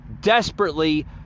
desperately